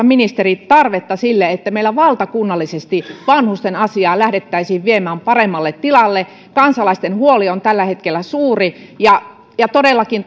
ministeri tarvetta sille että meillä valtakunnallisesti vanhusten asiaa lähdettäisiin viemään paremmalle tilalle kansalaisten huoli on tällä hetkellä suuri todellakin